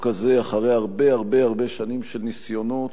הזה אחרי הרבה הרבה הרבה שנים של ניסיונות.